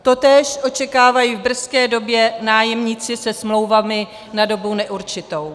Totéž očekávají v brzké době nájemníci se smlouvami na dobu neurčitou.